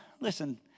listen